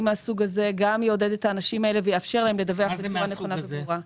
מהסוג הזה ויאפשר להם לדווח בצורה נכונה וטובה.